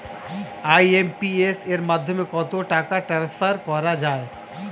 IMPS এর মাধ্যমে কত টাকা ট্রান্সফার করা যায়?